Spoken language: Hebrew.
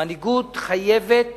המנהיגות חייבת